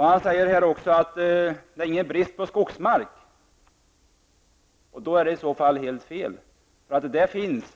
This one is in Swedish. Han säger också att det inte är någon brist på skogsmark.